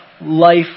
life